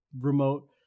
remote